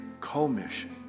commission